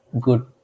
good